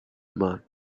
month